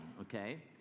okay